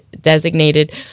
designated